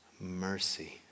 mercy